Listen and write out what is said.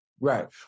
Right